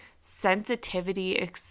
sensitivity